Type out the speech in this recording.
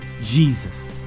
Jesus